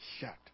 Shut